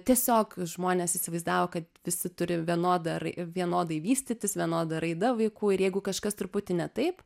tiesiog žmonės įsivaizdavo kad visi turi vienodą rai vienodai vystytis vienoda raida vaikų ir jeigu kažkas truputį ne taip